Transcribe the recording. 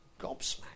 gobsmacked